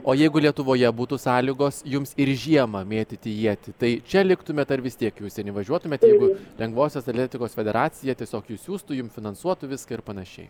o jeigu lietuvoje būtų sąlygos jums ir žiemą mėtyti ietį tai čia liktumėt ar vis tiek į užsienį važiuotumėt jeigu lengvosios atletikos federacija tiesiog išsiųstų jum finansuotų viską ir panašiai